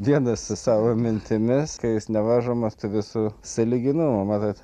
vienas su savo mintimis kai jis nevaržomas to viso sąlyginumo matot